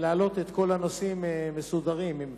להעלות את כל הנושאים מסודרים, אם אפשר.